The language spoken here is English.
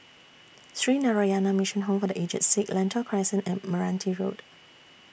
Sree Narayana Mission Home For The Aged Sick Lentor Crescent and Meranti Road